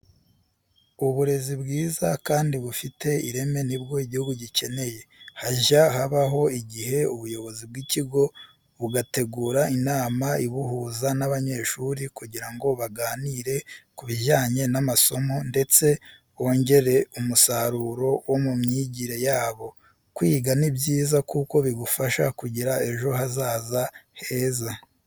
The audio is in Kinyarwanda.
Uburezi bwiza kandi bufite ireme ni bwo igihugu gikeneye. Hajya habaho igihe ubuyobozi bw'ikigo bugategura inama ibuhuza n'abanyeshuri kugira ngo baganire ku bijyanye n'amasomo ndetse bongere umusaruro wo mu myigire yabo. Kwiga ni byiza kuko bigufasha kugira ejo hazaza heza.